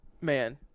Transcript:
Man